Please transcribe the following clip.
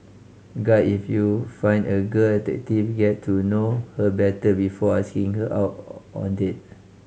guy if you find a girl addictive get to know her better before asking her out on date